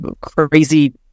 crazy